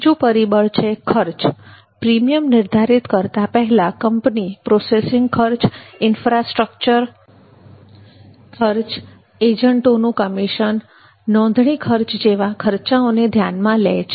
બીજુ પરિબળ છે ખર્ચઃ પ્રીમિયમ નિર્ધારિત કરતા પહેલા કંપની પ્રોસેસિંગ ખર્ચ ઇન્ફ્રાસ્ટ્રક્ચર ખર્ચ એજન્ટોનું કમિશન નોંધણી ખર્ચ જેવા ખર્ચાઓને ધ્યાનમાં લે છે